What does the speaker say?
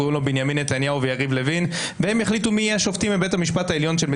כולל בכל המדינות ב-OECD שבהן יש בית משפט עליון,